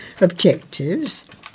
objectives